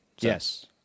Yes